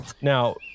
Now